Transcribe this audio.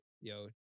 Yo